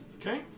Okay